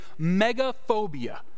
megaphobia